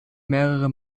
mehrere